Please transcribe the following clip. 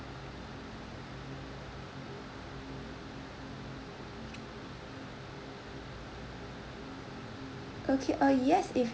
okay uh yes if